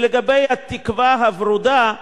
ולגבי התקווה הוורודה,